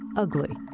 ugly.